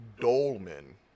Dolmen